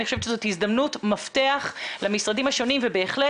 אני חושבת שזו הזדמנות מפתח למשרדים השונים ובהחלט